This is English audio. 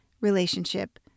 relationship